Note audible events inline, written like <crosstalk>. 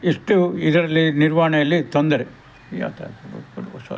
ಇಷ್ಟು ಇದರಲ್ಲಿ ನಿರ್ವಹಣೆಯಲ್ಲಿ ತೊಂದರೆ <unintelligible>